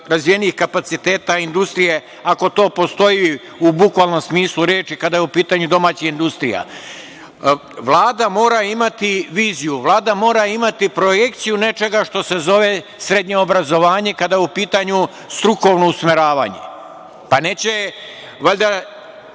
razvijenih kapaciteta industrije, ako to postoji, u bukvalnom smislu reči, kada je u pitanju domaća industrija. Vlada mora imati viziju. Vlada mora imati projekciju nečega što se zove srednje obrazovanje, kada je u pitanju strukovno usmeravanje. Neće valjda